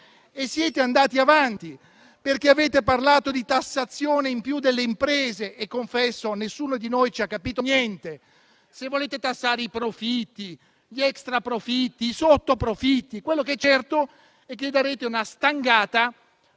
Siete andati avanti, perché avete parlato di tassazione in più delle imprese e confesso che nessuno di noi ci ha capito niente: se volete tassare i profitti, gli extraprofitti, i sottoprofitti; quello che è certo è che darete una stangata,